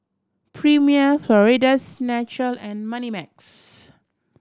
Premier Florida's Natural and Moneymax